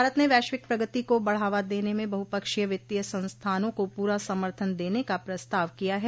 भारत ने वैश्विक प्रगति को बढ़ावा देने में बहुपक्षीय वित्तीय संस्थाना को पूरा समर्थन देने का प्रस्ताव किया है